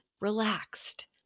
relaxed